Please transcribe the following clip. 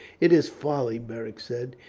it is folly, beric said.